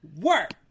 Work